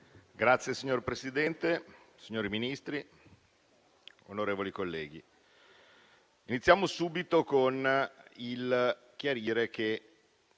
Signor Presidente, signori Ministri, onorevoli colleghi, inizio con il chiarire che